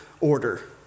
order